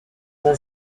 d’un